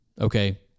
Okay